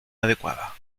adecuada